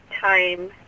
time